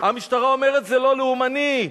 המשטרה אומרת: זה לא לאומני.